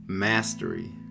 Mastery